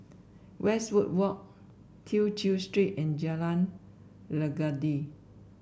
Westwood Walk Tew Chew Street and Jalan Legundi